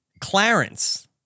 Clarence